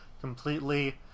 completely